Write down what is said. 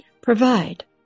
Provide